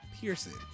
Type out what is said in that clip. Pearson